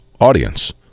audience